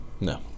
No